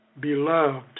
Beloved